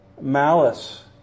Malice